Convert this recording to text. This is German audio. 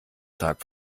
tag